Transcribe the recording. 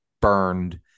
burned